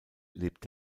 lebt